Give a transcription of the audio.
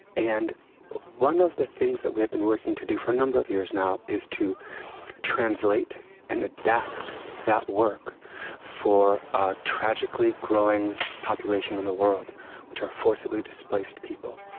and one of the things that we have been working to do for a number of years now is to translate and adapt that work for a tragically growing population in the world which are forcibly displaced people.